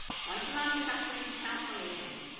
once a month we have community council meetings.